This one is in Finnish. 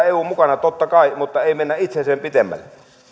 eun mukana totta kai mutta ei mennä itse sen pitemmälle